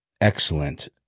excellent